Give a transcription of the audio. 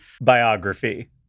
biography